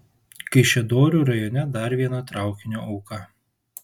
kaišiadorių rajone dar viena traukinio auka